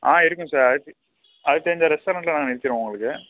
ஆ இருக்கும் சார் அது அது தெரிஞ்ச ரெஸ்டாரண்ட்டில் நான் நிறுத்திடுவோம் உங்களுக்கு